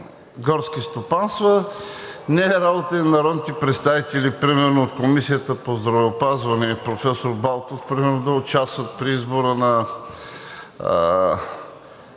горски стопанства. Не е работа и на народните представители например от Комисията по здравеопазването и професор Балтов примерно да участват при избора на